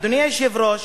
אדוני היושב-ראש,